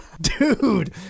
dude